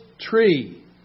tree